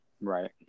Right